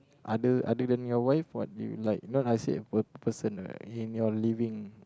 other other than your wife what do you like not I say a person right in your living